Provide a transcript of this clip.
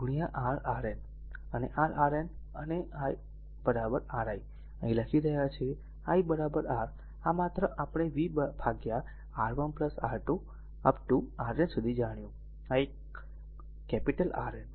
અને R Rn અને i r i અહીં લખી રહ્યા છીએ i r આ એક માત્ર આપણે v R1 R2 up to Rn સુધી જાણ્યું આ એક r કેપિટલ Rn